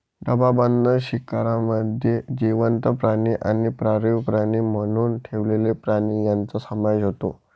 डबाबंद शिकारमध्ये जिवंत प्राणी आणि पाळीव प्राणी म्हणून ठेवलेले प्राणी यांचा समावेश होतो